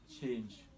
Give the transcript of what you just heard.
change